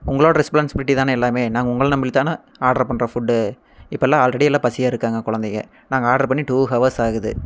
உங்களோட ரெஸ்பான்ஸ்பிலிட்டி தானே எல்லாமே நாங்கள் உங்களை நம்பி தானே ஆர்டர் பண்ணுறோம் ஃபுட்டு இப்போலாம் ஆல்ரெடி எல்லாம் பசியாக இருக்காங்க குழந்தைங்க நாங்கள் ஆர்டர் பண்ணி டூ ஹவர்ஸ் ஆகுது